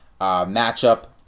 matchup